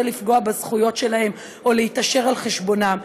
לפגוע בזכויות שלהם או להתעשר על חשבונם,